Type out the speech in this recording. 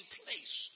place